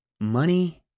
Money